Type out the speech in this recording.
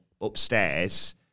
upstairs